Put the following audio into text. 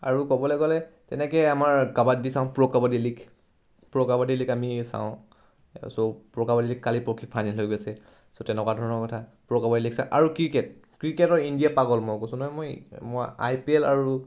আৰু ক'বলৈ গ'লে তেনেকৈ আমাৰ কাবাডী চাওঁ pro kabaddi league pro kabaddi league আমি চাওঁ চ' প্ৰ' কাবাডী লীগ কালি পৰহি ফাইনেল হৈ গৈছে চ' তেনেকুৱা ধৰণৰ কথা প্ৰ' কাবাডী লীগ চাওঁ আৰু ক্ৰিকেট ক্ৰিকেটৰ ইণ্ডিয়া পাগল মই কৈছোঁ নহয় মই মই আই পি এল আৰু